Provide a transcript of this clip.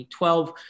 2012